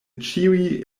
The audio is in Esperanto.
ĉiuj